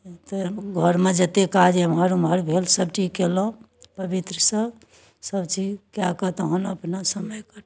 तऽ घरमे जतेक काज एम्हर ओम्हर भेल सभटी कयलहुँ पवित्रसँ सभचीज कए कऽ तखन अपना समय कटल